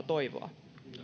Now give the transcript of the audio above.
toivoa